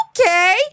Okay